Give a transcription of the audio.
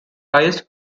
highest